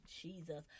jesus